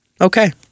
Okay